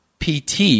PT